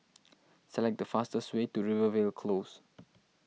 select the fastest way to Rivervale Close